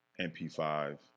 MP5